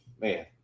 man